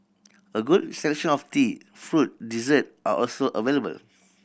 a good selection of tea fruit dessert are also available